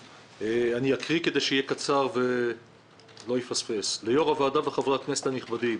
אני אקריא כדי שיהיה קצר ולא אפספס: ליו"ר הוועדה וחברי הכנסת הנכבדים.